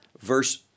verse